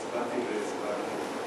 לוועדת הפנים והגנת הסביבה נתקבלה.